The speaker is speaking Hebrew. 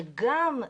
שגם,